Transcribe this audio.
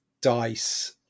dice